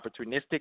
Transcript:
opportunistic